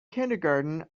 kindergarten